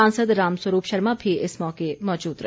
सांसद रामस्वरूप शर्मा भी इस मौके मौजूद रहे